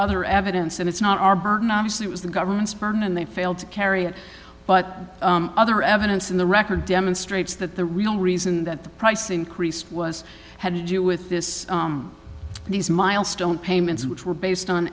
other evidence and it's not our burden obviously it was the government's burden and they failed to carry it but other evidence in the record demonstrates that the real reason that the price increase was had to do with this these milestone payments which were based on